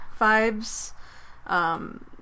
vibes